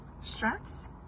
Strengths